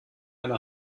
eine